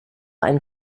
ein